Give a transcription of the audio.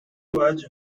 was